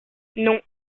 non